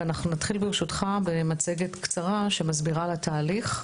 ואנחנו נתחיל ברשותך במצגת קצרה שמסבירה על התהליך.